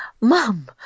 mom